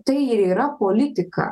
tai ir yra politika